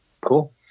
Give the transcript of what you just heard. Cool